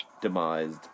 demised